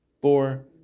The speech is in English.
four